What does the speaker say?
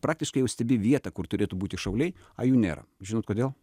praktiškai jau stebi vietą kur turėtų būti šauliai o jų nėra žinot kodėl